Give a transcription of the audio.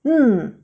嗯